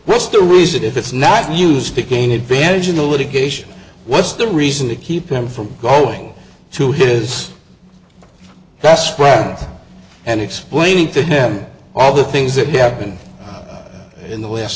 this the reason if it's not used to gain advantage in the litigation what's the reason to keep him from going to his best friends and explaining to him all the things that happened in the last